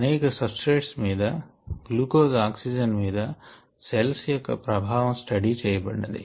అనేక సబ్స్ట్రేట్స్ మీద glucose oxygen మీద సెల్స్ యొక్క ప్రభావం స్టడీ చేయబడినది